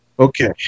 Okay